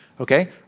okay